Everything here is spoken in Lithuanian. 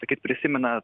sakyt prisimena